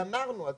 גמרנו,